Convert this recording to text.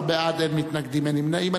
17 בעד, אין מתנגדים, אין נמנעים.